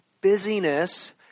Busyness